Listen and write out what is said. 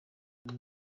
most